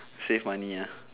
save money uh